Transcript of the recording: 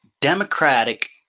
Democratic